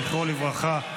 זכרו לברכה,